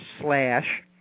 slash